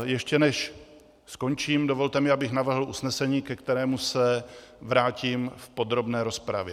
Ještě než skončím, dovolte mi, abych navrhl usnesení, ke kterému se vrátím v podrobné rozpravě.